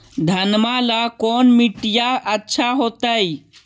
घनमा ला कौन मिट्टियां अच्छा होतई?